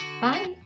Bye